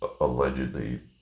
allegedly